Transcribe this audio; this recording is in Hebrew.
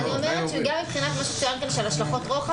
גם מבחינת השלכות רוחב,